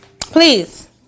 Please